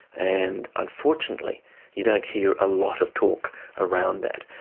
and unfortunately you don't hear a lot of talk around that.